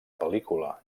pel·lícula